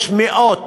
יש מאות